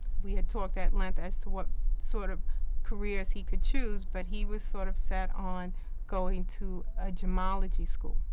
we had talked at length as to what sort of careers he could choose, but he was sort of set on going to a gemology school,